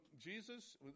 Jesus